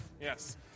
Yes